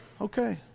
okay